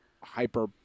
hyper